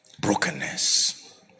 Brokenness